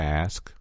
ask